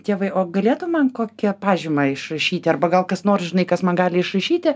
tėvai o galėtum man kokią pažymą išrašyti arba gal kas nors žinai kas man gali išrašyti